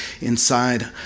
inside